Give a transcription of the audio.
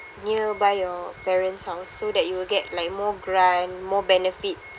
nearby your parents' house so that you will get like more grant more benefit